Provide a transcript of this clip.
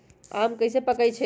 आम कईसे पकईछी?